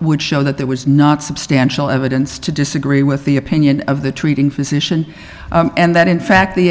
would show that there was not substantial evidence to disagree with the opinion of the treating physician and that in fact the